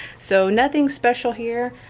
so nothing special here.